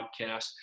podcast